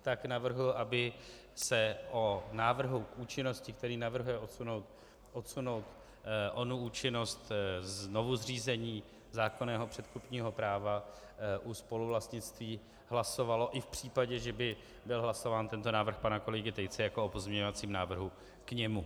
Tak navrhuji, aby se o návrhu účinnosti, který navrhuje odsunout onu účinnost znovuzřízení zákonného předkupního práva u spoluvlastnictví, hlasovalo i v případě, že by byl hlasován tento návrh pana kolegy Tejce, jako o pozměňovacím návrhu k němu.